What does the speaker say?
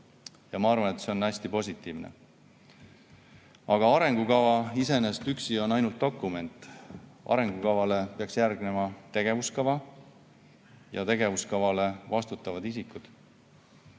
ja ma arvan, et see on hästi positiivne. Aga arengukava iseenesest on ainult dokument, arengukavale peaks järgnema tegevuskava ja tegevuskavas [peaksid